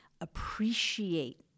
Appreciate